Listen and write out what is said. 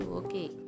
okay